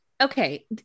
okay